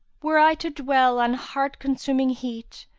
were i to dwell on heart-consuming heat,